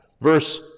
Verse